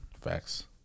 facts